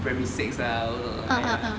primary six ah 我不懂 !aiya!